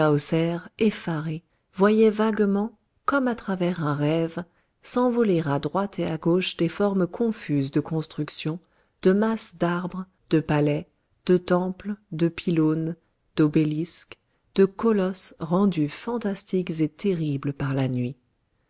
voyait vaguement comme à travers un rêve s'envoler à droite et à gauche des formes confuses de constructions de masses d'arbres de palais de temples de pylônes d'obélisques de colosses rendus fantastiques et terribles par la nuit